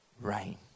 rain